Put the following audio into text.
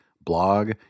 blog